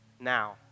now